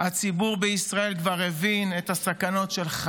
הציבור בישראל כבר הבין את הסכנות של,